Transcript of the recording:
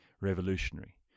revolutionary